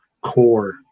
core